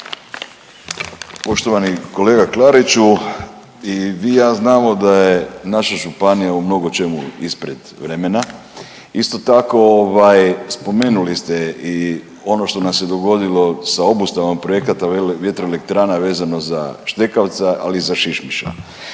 Poštovani kolega Klariću i vi i ja znamo da je naša županija u mnogo čemu ispred vremena. Isto tako spomenuli ste ovaj i ono što nam se dogodilo sa obustavnom projekata vjetroelektrana vezano za štekavca, ali i za šišmiša.